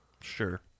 Sure